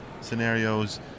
scenarios